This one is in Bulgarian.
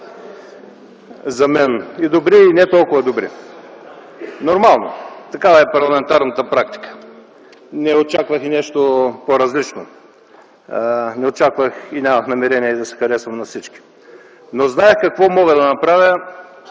за мен – и добри, и не толкова добри. Нормално, такава е парламентарната практика. Не очаквах и нещо по-различно. Не очаквах и нямах намерение да се харесвам на всички, но знаех какво мога да направя